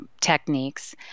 techniques